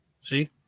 See